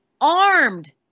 armed